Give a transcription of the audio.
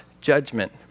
judgment